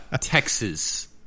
Texas